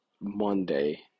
Monday